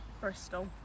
Bristol